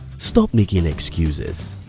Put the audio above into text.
stop making excuses.